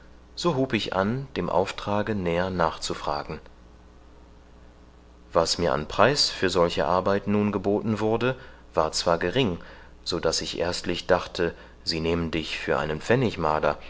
so hub ich an dem auftrage näher nachzufragen was mir an preis für solche arbeit nun geboten wurde war zwar gering so daß ich erstlich dachte sie nehmen dich für einen